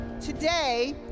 today